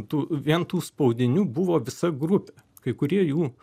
tų vien tų spaudinių buvo visa grupė kai kurie jų